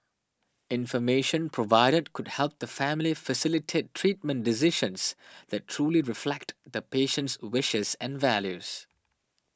information provided could help the family facilitate treatment decisions that truly reflect the patient's wishes and values